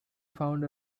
found